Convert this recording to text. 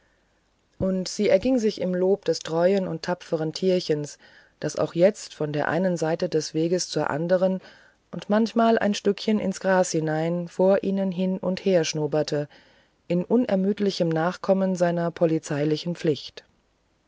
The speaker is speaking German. und sie erging sich im lob des treuen und tapferen tierchens das auch jetzt von der einen seite des weges zur anderen und manchmal ein stückchen ins gras hinein vor ihnen hin und her schnoberte in unermüdlichem nachkommen seiner polizeilichen pflichten